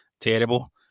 terrible